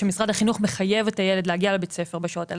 ומשרד החינוך מחייב את הילד להגיע לבית הספר בשעות האלה,